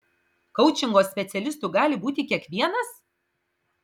koučingo specialistu gali būti kiekvienas